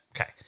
okay